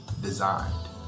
designed